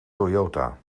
toyota